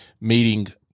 meeting